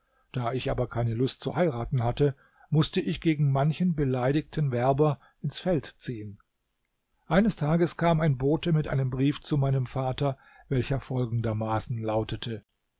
da ich aber keine lust zu heiraten hatte mußte ich gegen manchen beleidigten werber ins feld ziehen eines tages kam ein bote mit einem brief zu meinem vater welcher folgendermaßen lautete